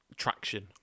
traction